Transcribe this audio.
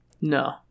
No